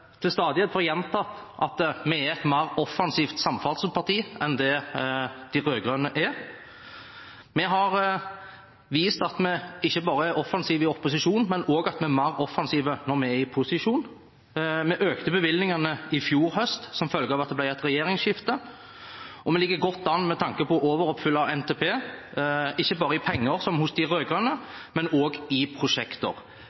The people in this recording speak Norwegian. til stadighet får gjentatt at vi er et mer offensivt samferdselsparti enn det de rød-grønne er. Vi har vist at vi ikke bare er offensive i opposisjon, men også at vi er mer offensive når vi er i posisjon. Vi økte bevilgningene i fjor høst som følge av at det ble et regjeringsskifte, og vi ligger godt an med tanke på å overoppfylle NTP, ikke bare i penger, som hos de